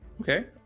Okay